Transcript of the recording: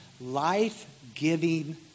life-giving